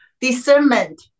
discernment